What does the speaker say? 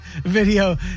video